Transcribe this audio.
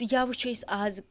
تہٕ یا وُچھو أسۍ اَز